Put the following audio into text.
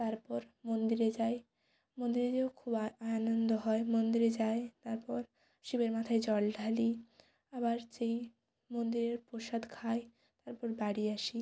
তারপর মন্দিরে যাই মন্দিরে যেয়েও খুব আনন্দ হয় মন্দিরে যাই তারপর শিবের মাথায় জল ঢালি আবার সেই মন্দিরের প্রসাদ খাই তারপর বাড়ি আসি